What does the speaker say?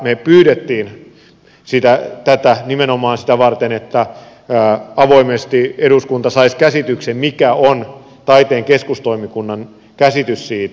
me pyysimme tätä nimenomaan sitä varten että avoimesti eduskunta saisi käsityksen mikä on taiteen keskustoimikunnan käsitys siitä